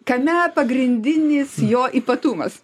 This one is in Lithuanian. kame pagrindinis jo ypatumas